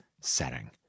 setting